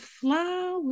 flowers